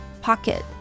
Pocket